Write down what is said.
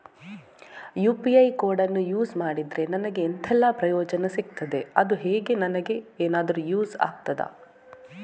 UPI ಕೋಡನ್ನು use ಮಾಡಿದ್ರೆ ನನಗೆ ಎಂಥೆಲ್ಲಾ ಪ್ರಯೋಜನ ಸಿಗ್ತದೆ, ಅದು ನನಗೆ ಎನಾದರೂ ಯೂಸ್ ಆಗ್ತದಾ?